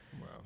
Wow